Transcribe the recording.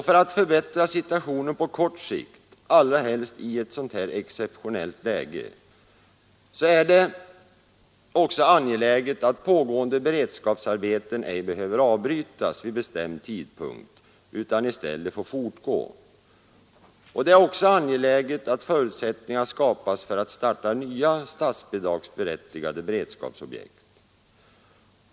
För att förbättra situationen på kort sikt, allra helst i ett sådant här exceptionellt läge, är det också angeläget att pågående beredskapsarbeten ej behöver avbrytas vid bestämd tidpunkt utan i stället får fortgå. Det är även betydelsefullt att förutsättningar skapas för att påbörja nya statsbidragsberättigade beredskapsobjekt.